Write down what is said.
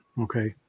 Okay